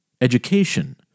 education